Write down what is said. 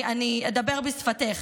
אני אדבר בשפתך.